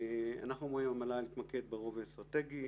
אנחנו אומרים שהמל"ל יתמקד ברובד האסטרטגי,